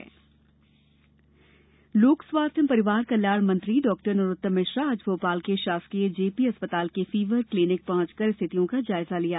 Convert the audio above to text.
fever clinic लोक स्वास्थ्य एवं परिवार कल्याण मंत्री डॉ नरोत्तम मिश्रा आज भोपाल के शासकीय जे पी अस्पताल के फीवर क्लिनिक पहुंचकर स्थितियों का जायजा लिया